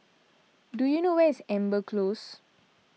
do you know where is Amber Close